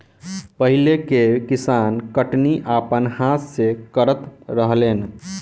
पहिले के किसान कटनी अपना हाथ से करत रहलेन